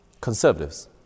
conservatives